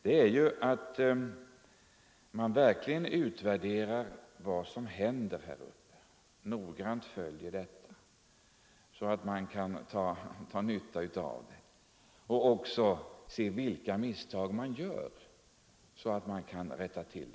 Vad jag skulle finna värdefullt är att man utvärderar vad som händer här och noggrant följer utvecklingen för att kunna dra nyttiga erfarenheter av den och även se vilka misstag som görs, så att dessa misstag kan rättas till.